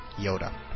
Yoda